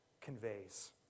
conveys